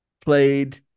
played